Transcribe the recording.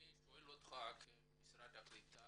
אני שואל אותך כמשרד הקליטה,